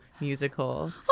musical